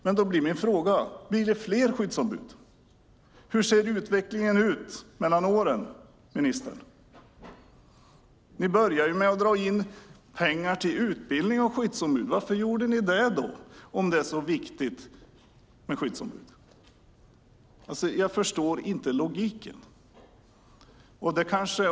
Men då blir min fråga: Blir det fler skyddsombud? Hur ser utvecklingen ut mellan åren, ministern? Ni började ju med att dra in pengar till utbildning av skyddsombud. Varför gjorde ni det om det är så viktigt med skyddsombud? Jag förstår inte logiken.